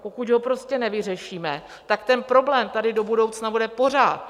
Pokud ho nevyřešíme, tak ten problém tady do budoucna bude pořád.